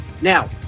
Now